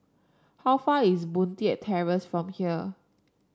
how far away is Boon Leat Terrace from here